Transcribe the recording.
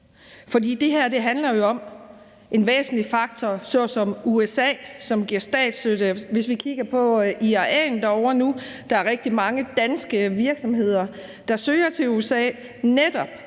For det her handler jo om en væsentlig faktor såsom USA, som giver statsstøtte. Hvis vi kigger på IRA'en derovre nu, er det sådan, at der er rigtig mange danske virksomheder, der søger til USA netop